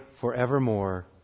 forevermore